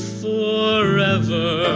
forever